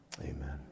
Amen